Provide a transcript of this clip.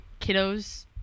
kiddos